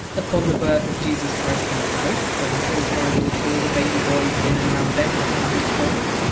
upon the birth of jesus christ himself, when king herod ordered all the baby boys in and around bethlehem be killed?